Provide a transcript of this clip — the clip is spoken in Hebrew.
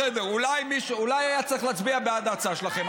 בסדר, אולי היה צריך להצביע בעד ההצעה שלכם.